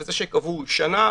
וזה שקבעו שנה,